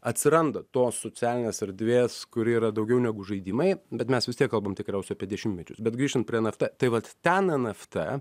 atsiranda tos socialinės erdvės kuri yra daugiau negu žaidimai bet mes vis tiek kalbam tikriausiai apie dešimtmečius bet grįžtant prie nft tai vat ten nft